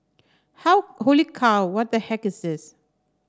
how holy cow what the heck is this